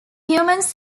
humans